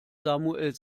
samuel